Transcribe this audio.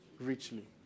Richly